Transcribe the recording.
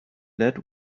let